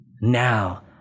Now